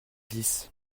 dix